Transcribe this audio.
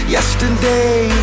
Yesterday